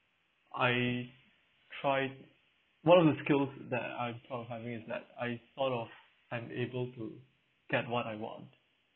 I try one of the skills that I probably have is that I sort of I'm able to get what I want